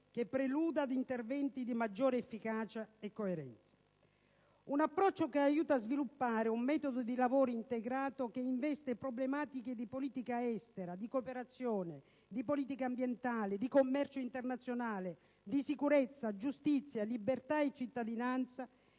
che preluda ad interventi di maggior efficacia e coerenza. Un approccio che aiuta a sviluppare un metodo di lavoro integrato che investe problematiche di politica estera, cooperazione, politiche ambientali, commercio internazionale, sicurezza, giustizia, libertà e cittadinanza